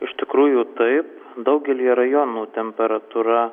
iš tikrųjų taip daugelyje rajonų temperatūra